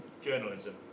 journalism